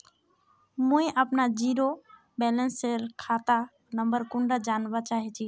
मुई अपना zero balance सेल खाता नंबर कुंडा जानवा चाहची?